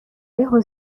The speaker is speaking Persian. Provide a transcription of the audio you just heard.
اقای